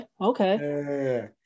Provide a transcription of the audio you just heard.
Okay